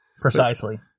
Precisely